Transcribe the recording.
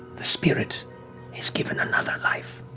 the spirit is given another life.